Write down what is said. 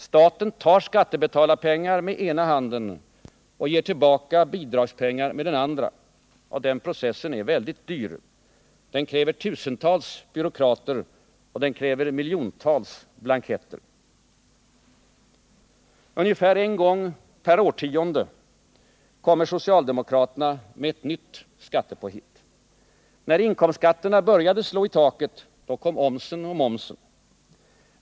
Staten tar skattebetalarpengar med ena handen och ger tillbaka bidragspengar med den andra. Den processen är väldigt dyr. Den kräver tusentals byråkrater och den kräver miljontals blanketter. Ungefär en gång per årtionde kommer socialdemokraterna med ett nytt skattepåhitt. När inkomstskatterna började slå i taket, då kom omsen och momsen.